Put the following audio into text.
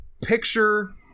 picture